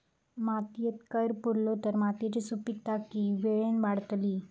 मातयेत कैर पुरलो तर मातयेची सुपीकता की वेळेन वाडतली?